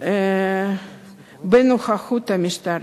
בנוכחות המשטרה.